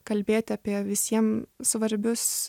kalbėti apie visiem svarbius